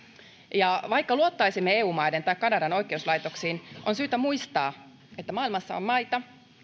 vaikka luottaisimme eu maiden tai kanadan oikeuslaitoksiin on syytä muistaa että maailmassa on maita